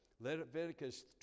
Leviticus